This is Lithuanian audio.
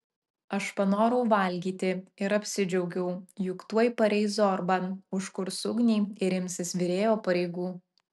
aš panorau valgyti ir apsidžiaugiau juk tuoj pareis zorba užkurs ugnį ir imsis virėjo pareigų